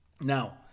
Now